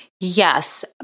Yes